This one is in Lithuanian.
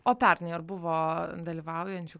o pernai ar buvo dalyvaujančių